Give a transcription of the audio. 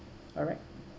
alright